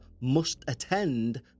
must-attend